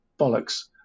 bollocks